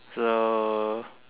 so